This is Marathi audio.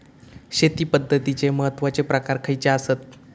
शेती पद्धतीचे महत्वाचे प्रकार खयचे आसत?